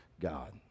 God